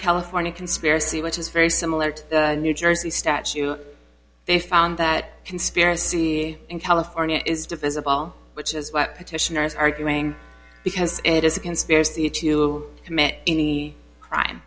california conspiracy which is very similar to the new jersey statue they found that conspiracy in california is divisible which is why petitioners arguing because it is a conspiracy to commit any crime